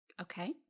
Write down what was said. Okay